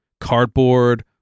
cardboard